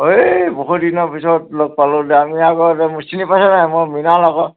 এই বহুত দিনৰ পিছত লগ পালোঁ দেই আমি আগতে মোক চিনি পাইছে নাই মই মৃণাল আকৌ